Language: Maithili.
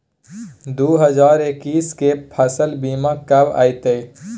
दु हजार एक्कीस के फसल बीमा कब अयतै?